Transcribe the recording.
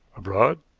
abroad,